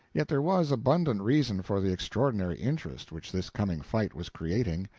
yet there was abundant reason for the extraordinary interest which this coming fight was creating.